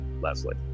Leslie